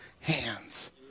hands